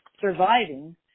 surviving